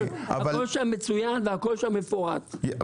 והכול מצוין ומפורט שם.